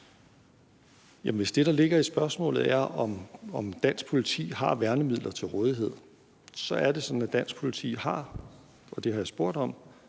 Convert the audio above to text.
Hvis det, der ligger i spørgsmålet, er, om dansk politi har værnemidler til rådighed, så er det sådan, at dansk politi – og det har jeg spurgt om